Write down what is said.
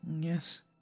Yes